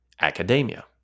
academia